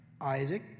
Isaac